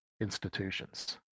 institutions